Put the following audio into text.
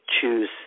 choose